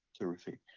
Terrific